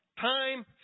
time